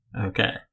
Okay